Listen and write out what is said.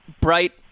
bright